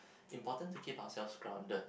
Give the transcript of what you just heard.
important to keep ourselves grounded